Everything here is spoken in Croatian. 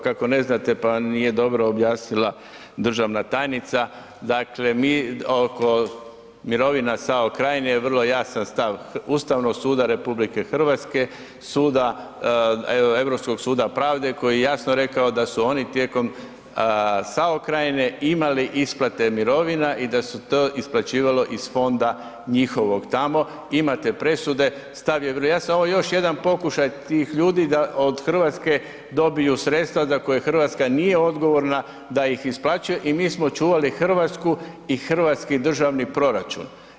Kako ne znate pa nije dobro objasnila državna tajnica, dakle mi oko mirovina SAO Krajine je vrlo jasan stav Ustavnog suda RH, Europskog suda pravde koji je jasno rekao da su oni tijekom SAO Krajine imali isplate mirovina i da se to isplaćivalo iz fonda njihovog tamo, imate presude, stav je vrlo jasan, ovo je još jedan pokušaj tih ljudi da od Hrvatske dobiju sredstva za koje Hrvatska nije odgovorna da ih isplaćuje i mi smo čuvali Hrvatsku i hrvatski državni proračun.